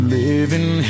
living